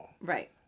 Right